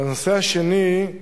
לנושא השני,